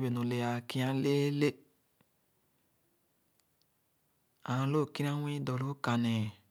mbẽẽ ẽrẽ gbene ẽẽ-bu maa-ẽẽ.